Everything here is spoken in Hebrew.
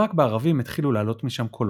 ורק בערבים התחילו לעלות משם קולות.